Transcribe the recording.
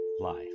life